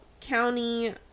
County